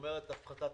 "סכום המענק לעצמאי